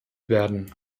werden